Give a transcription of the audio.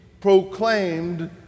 proclaimed